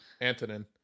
Antonin